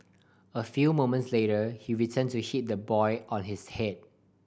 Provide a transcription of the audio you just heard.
a few moments later he return to hit the boy on his head